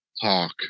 talk